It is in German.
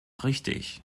richtig